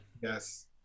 yes